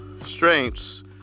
strengths